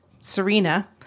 serena